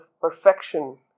perfection